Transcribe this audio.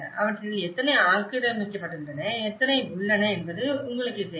அவற்றில் எத்தனை ஆக்கிரமிக்கப்பட்டுள்ளன எத்தனை உள்ளன என்பது உங்களுக்குத் தெரியும்